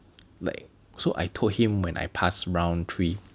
like so I told him when I pass round three